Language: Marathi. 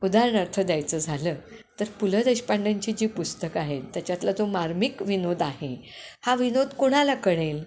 उदाहरणार्थ द्यायचं झालं तर पु ल देशपांड्यांची जी पुस्तकं आहेत त्याच्यातला जो मार्मिक विनोद आहे हा विनोद कुणाला कळेल